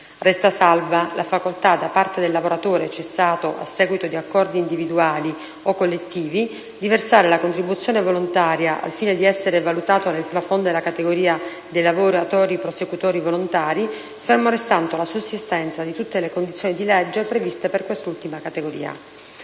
Resta salva la facoltà da parte del lavoratore cessato a seguito di accordi individuali o collettivi di versare la contribuzione volontaria al fine di essere valutato nel *plafond* della categoria dei lavoratori prosecutori volontari, ferma restando la sussistenza di tutte le condizioni di legge previste per quest'ultima categoria.